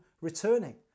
returning